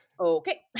okay